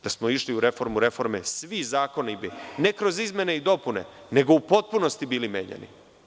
Da smo išli u reformu reforme, svi zakoni bi, neke izmene i dopune, nego u potpunosti bili menjani.